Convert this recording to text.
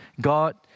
God